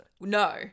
No